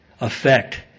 affect